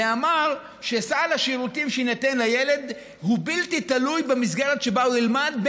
ואומרת שסל השירותים שיינתן לילד הוא בלתי תלוי במסגרת שבה הוא ילמד,